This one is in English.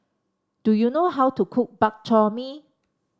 do you know how to cook Bak Chor Mee